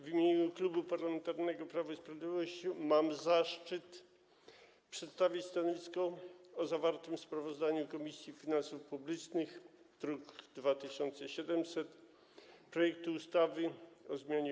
W imieniu Klubu Parlamentarnego Prawo i Sprawiedliwość mam zaszczyt przedstawić stanowisko co do zawartego w sprawozdaniu Komisji Finansów Publicznych, druk nr 2700, projektu ustawy o zmianie